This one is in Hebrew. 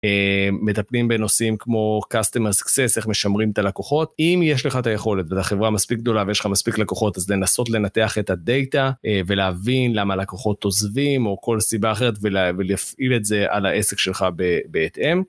מטפלים בנושאים כמו customer success איך משמרים את הלקוחות אם יש לך את היכולת ואת החברה מספיק גדולה ויש לך מספיק לקוחות אז לנסות לנתח את הדאטה ולהבין למה לקוחות עוזבים או כל סיבה אחרת ולהפעיל את זה על העסק שלך בהתאם.